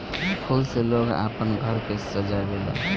फूल से लोग आपन घर के सजावे ला